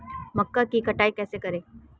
मक्का की कटाई कैसे करें?